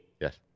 Yes